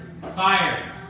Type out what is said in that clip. fire